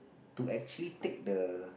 to actually take the